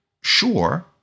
sure